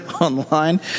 online